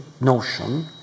notion